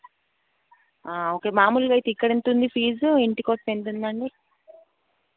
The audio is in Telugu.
ఓకే మామూలుగా అయితే ఇక్కడ ఎంతుంది ఫీజు ఇంటికొస్తే ఎంతుందండి